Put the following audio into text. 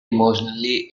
emotionally